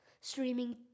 streaming